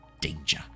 danger